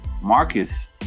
Marcus